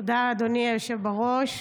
תודה, אדוני היושב בראש.